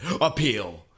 appeal